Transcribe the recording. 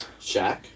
Shaq